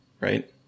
Right